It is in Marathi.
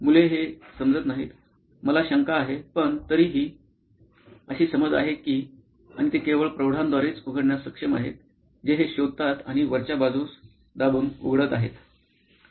मुले हे समजत नाहीत मला शंका आहे पण तरीही अशी समज आहे की आणि ते केवळ प्रौढांद्वारेच उघडण्यास सक्षम आहेत जे हे शोधतात आणि वरच्या बाजूस दाबून उघडत आहेत